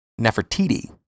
Nefertiti